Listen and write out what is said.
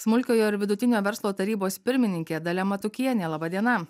smulkiojo ir vidutinio verslo tarybos pirmininkė dalia matukienė laba diena